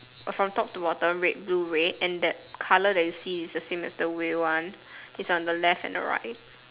from top to bottom red blue red and that colour that you see is the same as the wheel one is on the left and the right